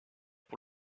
pour